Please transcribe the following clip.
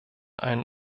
einen